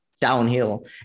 downhill